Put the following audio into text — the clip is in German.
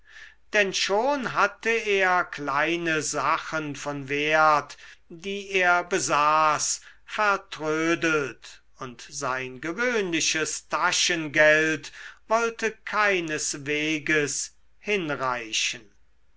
denn schon hatte er kleine sachen von wert die er besaß vertrödelt und sein gewöhnliches taschengeld wollte keinesweges hinreichen